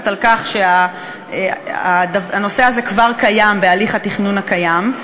על כך שהנושא הזה כבר קיים בהליך התכנון הקיים.